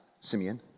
Simeon